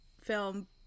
film